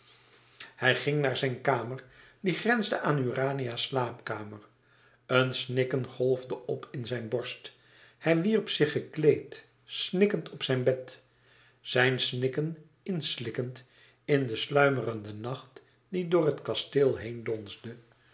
hij ging naar zijn kamer die grensde aan urania's slaapkamer een snikken golfde op in zijn borst hij wierp zich gekleed snikkend op zijn bed zijn snikken inslikkend in de sluimerende nacht die door het kasteel heen donsde